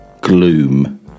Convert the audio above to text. gloom